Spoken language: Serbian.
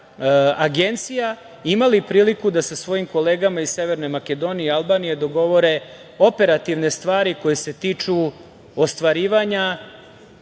agencija imali priliku da sa svojim kolegama iz Severne Makedonije i Albanije dogovore operativne stvari koje se tiču ostvarivanja